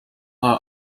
her